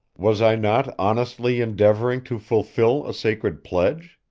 was i not honestly endeavoring to fulfil a sacred pledge?